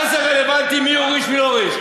מה זה רלוונטי מי הוריש ומי לא הוריש?